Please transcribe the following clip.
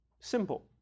Simple